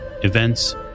events